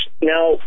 now